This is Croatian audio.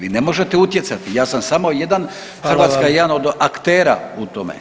Vi ne možete utjecati, ja sam samo jedan [[Upadica: Hvala vam.]] Hrvatska je jedan od aktera u tome.